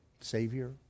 Savior